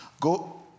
go